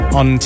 on